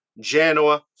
Genoa